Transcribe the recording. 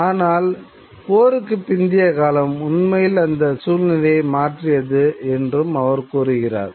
ஆனால் போருக்குப் பிந்தைய காலம் உண்மையில் அந்த சூழ்நிலையை மாற்றியது என்றும் அவர் கூறுகிறார்